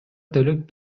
төлөп